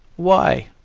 why?